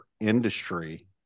industry